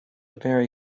very